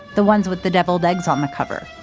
the ones with the deviled eggs on the cover.